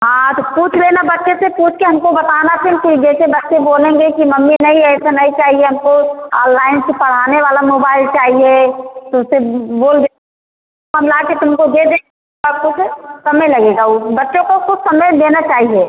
हाँ तो पूछ लेना बच्चे से पूछकर हमको बताना फिर कि जैसे बच्चे बोलेंगे कि मम्मी नहीं ऐसा नहीं चाहिए हमको ऑनलाइन से पढ़ाने वाला मोबाइल चाहिए तो उसे बोल दें हम लाकर तुमको दे आपको फिर समय लगेगा वह बच्चों को कुछ समय देना चाहिए